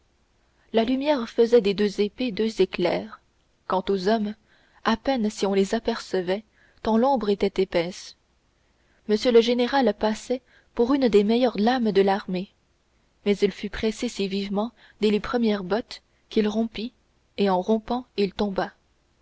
la lumière faisait des deux épées deux éclairs quant aux hommes à peine si on les apercevait tant l'ombre était épaisse m le général passait pour une des meilleures lames de l'armée mais il fut pressé si vivement dès les premières bottes qu'il rompit en rompant il tomba